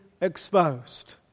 exposed